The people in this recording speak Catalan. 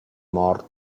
mort